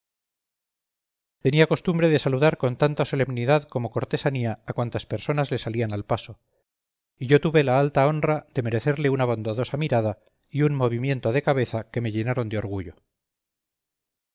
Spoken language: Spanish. tenía costumbre de saludar con tanta solemnidad como cortesanía a cuantas personas le salían al paso y yo tuve la alta honra de merecerle una bondadosa mirada y un movimiento de cabeza que me llenaron de orgullo